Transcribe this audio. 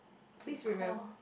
please remem~